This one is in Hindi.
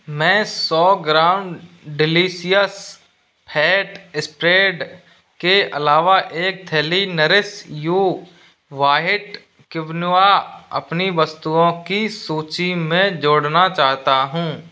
मैं सौ ग्राम डिलीसियस फैट स्प्रेड के अलावा एक थैली नरिश यू वाहिट किव्नुआ अपनी वस्तुओं की सूची में जोड़ना चाहता हूँ